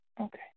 okay